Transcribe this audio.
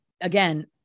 again